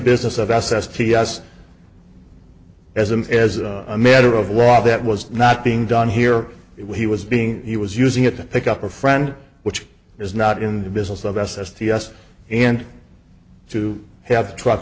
business of s s ts as a as a matter of law that was not being done here he was being he was using it to pick up a friend which is not in the business of s s ts and to have the truck